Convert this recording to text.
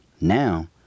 Now